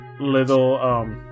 little